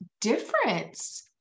difference